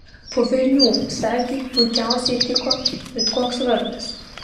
po velnių sargiui puikiausiai tiko bet koks vardas